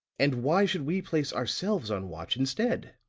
and why should we place ourselves on watch instead?